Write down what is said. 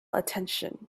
attention